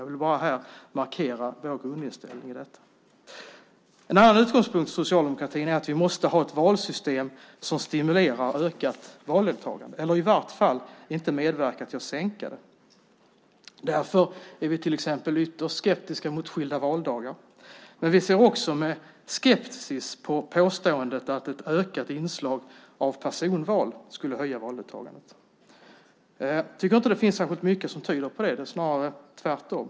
Jag vill bara här markera vår grundinställning i detta avseende. En annan utgångspunkt för socialdemokratin är att vi måste ha ett valsystem som stimulerar till ett ökat valdeltagande eller som i varje fall inte medverkar till att minska det. Därför är vi till exempel ytterst skeptiska mot skilda valdagar. Vi ser också med skepsis på påståendet att ett ökat inslag av personval höjer valdeltagandet. Jag tycker inte att det finns särskilt mycket som tyder på det, snarare tvärtom.